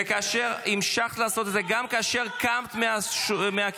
וכאשר המשכת לעשות את זה גם כאשר קמת מהכיסא.